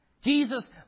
Jesus